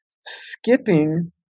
skipping